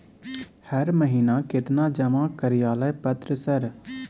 हर महीना केतना जमा कार्यालय पत्र सर?